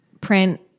print